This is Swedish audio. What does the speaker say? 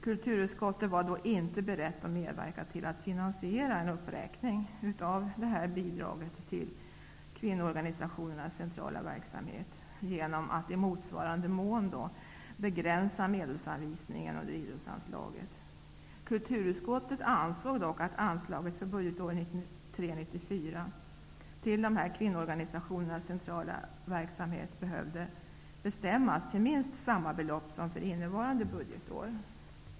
Kulturutskottet var då inte berett att medverka till att finansiera en uppräkning av bidraget till kvinnoorganisationernas centrala verksamhet genom att i motsvarande mån begränsa medelsanvisningen under idrottsanslaget. Kulturutskottet ansåg dock att anslaget för budgetåret 1993/94 till kvinnoorganisationernas centrala verksamhet bör bestämmas till minst samma belopp som för innevarande budgetår.